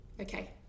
Okay